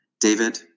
David